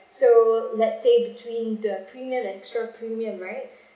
so let's say between the premium and the premium right